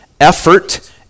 effort